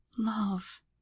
love